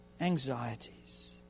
anxieties